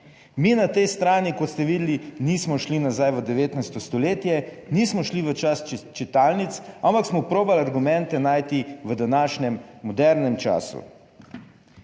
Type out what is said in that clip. Mi na tej strani, kot ste videli, nismo šli nazaj v 19. stoletje, nismo šli v čas čitalnic, ampak smo probali argumente najti v današnjem modernem času.